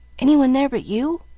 any one there but you?